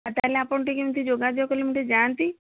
ଆଉ ତା' ହେଲେ ଆପଣ ଟିକିଏ କେମିତି ଯୋଗାଯୋଗ କଲେ ମୁଁ ଟିକିଏ ଯାଆନ୍ତି